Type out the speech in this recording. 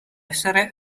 essere